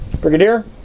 Brigadier